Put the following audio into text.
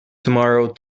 tomorrow